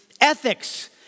ethics